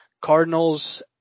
Cardinals